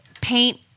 paint